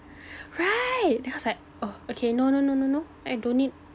right I was like oh okay no no no no no I don't need